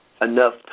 enough